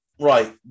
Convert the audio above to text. Right